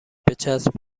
بچسب